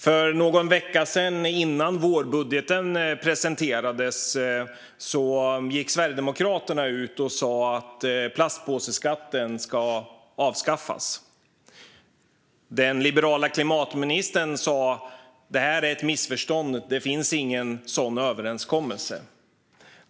För någon vecka sedan, innan vårbudgeten presenterades, gick Sverigedemokraterna ut och sa att plastpåseskatten ska avskaffas. Den liberala klimatministern sa: Det här är ett missförstånd. Det finns ingen sådan överenskommelse.